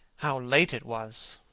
how late it was!